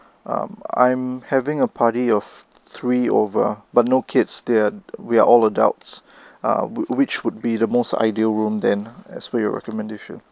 um I'm having a party of three over but no kids they're we're all adults ah whi~ which would be the most ideal room then as for your recommendation